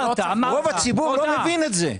רוב הציבור לא מבין את זה.